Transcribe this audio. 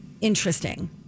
interesting